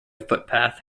footpath